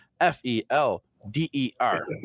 f-e-l-d-e-r